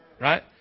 Right